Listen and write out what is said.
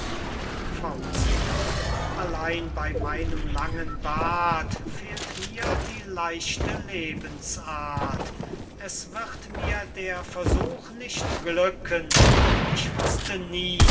durchschmarutzen allein bey meinem langen bart fehlt mir die leichte lebensart es wird mir der versuch nicht glücken ich wußte nie